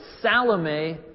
Salome